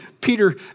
Peter